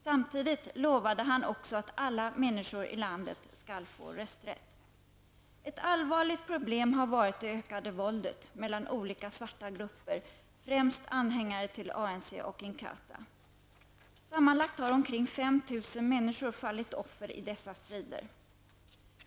Samtidigt lovade han också att alla människor i landet skall få rösträtt. Ett allvarligt problem har varit det ökade våldet mellan olika svarta grupper, främst anhängare till ANC och Inkhata. Sammanlagt har omkring 5 000 människor fallit offer i dessa strider.